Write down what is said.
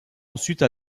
ensuite